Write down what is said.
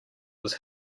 was